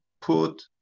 put